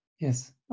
Yes